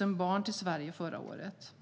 000 barn till Sverige förra året.